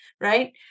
Right